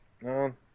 No